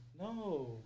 No